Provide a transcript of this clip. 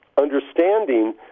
understanding